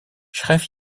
schrijf